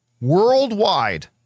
worldwide